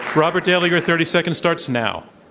robert daly, your thirty seconds starts now.